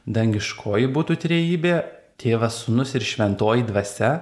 dangiškoji būtų trejybė tėvas sūnus ir šventoji dvasia